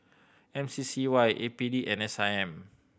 M C C Y A P D and S I M